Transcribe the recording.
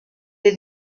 les